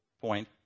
point